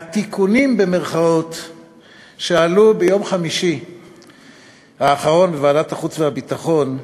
ה"תיקונים" שעלו ביום חמישי האחרון בוועדת החוץ והביטחון,